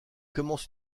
commence